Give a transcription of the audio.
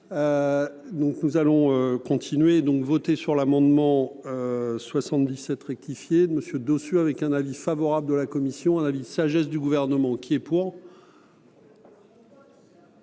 nous allons continuer donc voté sur l'amendement. 77 rectifié de monsieur Dossus avec un avis favorable de la commission à la ville sagesse du gouvernement qui est pour.